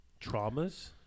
traumas